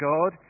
God